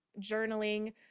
journaling